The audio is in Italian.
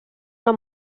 alla